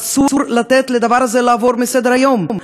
אסור לתת לדבר הזה לעבור מסדר-היום.